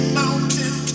mountain